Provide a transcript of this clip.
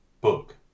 book